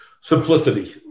Simplicity